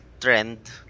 trend